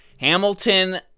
Hamilton